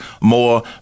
more